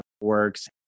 works